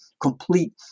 Complete